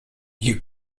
you